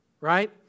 right